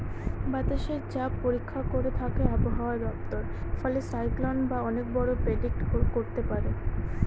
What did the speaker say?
বাতাসের চাপ পরীক্ষা করে থাকে আবহাওয়া দপ্তর ফলে সাইক্লন বা অনেক ঝড় প্রেডিক্ট করতে পারে